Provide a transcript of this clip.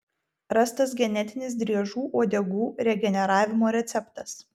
rastas genetinis driežų uodegų regeneravimo receptas